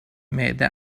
معده